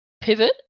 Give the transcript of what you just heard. pivot